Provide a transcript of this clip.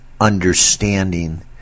understanding